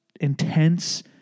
intense